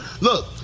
Look